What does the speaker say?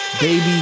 baby